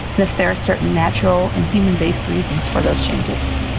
and if there are certain natural and human-based reasons for those changes.